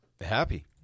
happy